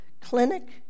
clinic